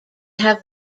have